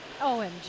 OMG